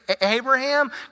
Abraham